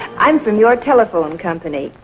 i'm from your telephone company,